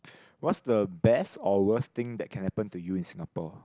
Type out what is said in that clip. what's the best or worst thing that can happen to you in Singapore